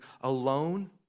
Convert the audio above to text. alone